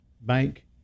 bank